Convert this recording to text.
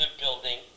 building